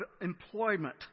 employment